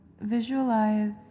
visualize